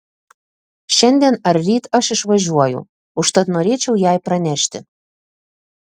šiandien ar ryt aš išvažiuoju užtat norėčiau jai pranešti